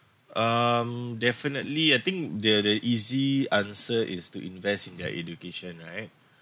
um definitely I think the the easy answer is to invest in their education right